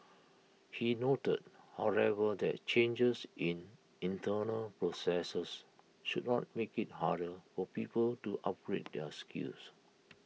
he noted however that changes in internal processes should not make IT harder for people to upgrade their skills